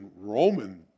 Roman